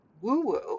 woo-woo